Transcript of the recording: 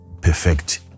perfect